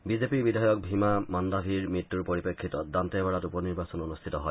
বিজেপিৰ বিধায়ক ভীমা মান্দাভিৰ মৃত্যুৰ পৰিপ্ৰেফিতত দান্তেৱাড়াত উপ নিৰ্বাচন অনুষ্ঠিত হয়